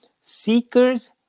seekers